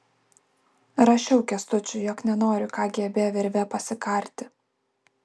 rašiau kęstučiui jog nenoriu kgb virve pasikarti